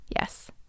Yes